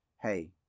hey